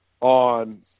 on